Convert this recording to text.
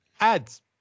Ads